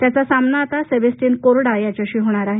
त्याचा सामना आता सेबेसटीयन कोरडा याच्याशी होणार आहे